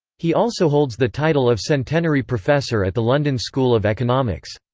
he also holds the title of centenary professor at the london school of economics.